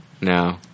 No